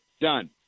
done